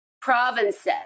provinces